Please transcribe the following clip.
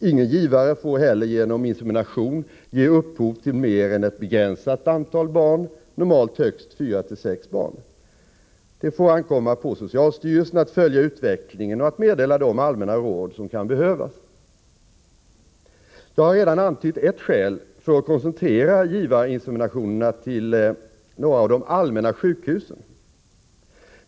Ingen givare får heller genom insemination ge upphov till mer än ett begränsat antal barn, normalt högst fyra-sex barn. Det får ankomma på socialstyrelsen att följa utvecklingen och att meddela de allmänna råd som kan behövas. Jag har redan antytt ett skäl för att koncentrera givarinseminationerna till några av de allmänna sjukhusen.